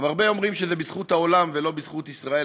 הרבה אומרים שזה בזכות העולם ולא בזכות ישראל,